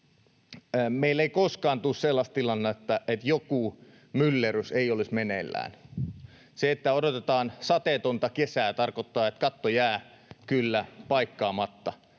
Meillä ei koskaan tule sellaista tilannetta, että joku myllerrys ei olisi meneillään. Se, että odotetaan sateetonta kesää, tarkoittaa, että katto jää kyllä paikkaamatta.